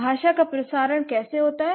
भाषा का प्रसारण कैसे होता है